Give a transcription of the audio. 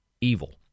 evil